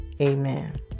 Amen